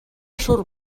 surt